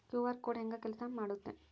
QR code ಹೆಂಗ ಕೆಲಸ ಮಾಡುತ್ತೆ?